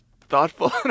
thoughtful